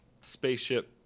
spaceship